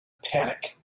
panic